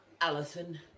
Alison